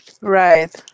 Right